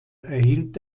erhielt